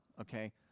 okay